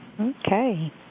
Okay